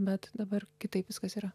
bet dabar kitaip viskas yra